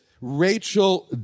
Rachel